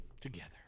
together